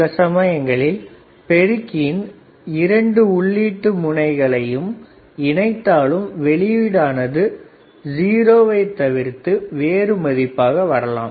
சில சமயங்களில் பெருக்கியின் 2 உள்ளீட்டு முனைகளையும் இணைத்தாலும் வெளியிடு ஆனது ஜீரோவை தவிர்த்து வேறு மதிப்பாக வரலாம்